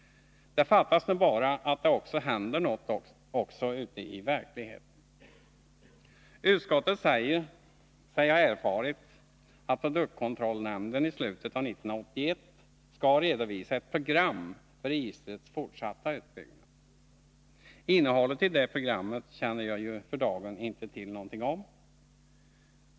Det fattas nu bara att det händer något också i verkligheten. Utskottet säger sig ha erfarit att produktkontrollnämnden i slutet av år 1981 skall redovisa ett program för registrets fortsatta uppbyggnad. Innehållet i detta program känner jag för dagen inte till något om.